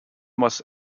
was